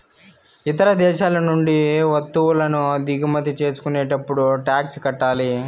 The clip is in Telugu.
ఇతర దేశాల నుండి వత్తువులను దిగుమతి చేసుకునేటప్పుడు టాక్స్ కట్టాలి